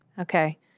okay